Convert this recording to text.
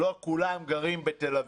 לא כולם גרים בתל אביב.